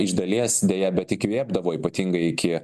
iš dalies deja bet įkvėpdavo ypatingai iki